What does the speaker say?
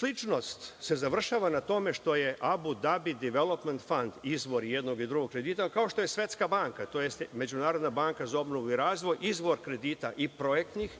sličnost se završava na tome što je Abu Dabi Development Fund izvor jednog i drugog kredita, kao što je Svetska banka, tj. Međunarodna banka za obnovu i razvoj, izvor kredita i projektnih